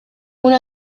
una